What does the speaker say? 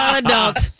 adult